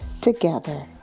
together